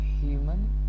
human